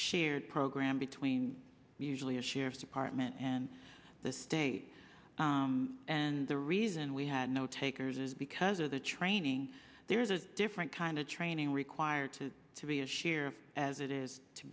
their program between usually a sheriff's department and the state and the reason we had no takers is because of the training there's a different kind of training required to to be a sheer as it is to